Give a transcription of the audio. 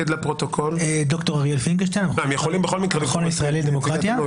אני מהמכון הישראלי לדמוקרטיה.